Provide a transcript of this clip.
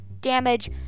damage